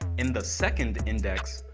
in the second index,